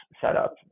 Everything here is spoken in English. setup